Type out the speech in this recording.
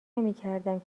نمیکردم